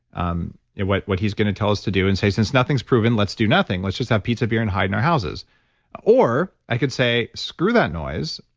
um what what he's going to tell us to do, and say, since nothing's proven, let's do nothing. let's just have pizza, beer, and hide in our houses or, i could say, screw that noise,